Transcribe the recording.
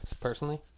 personally